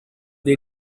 dei